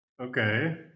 Okay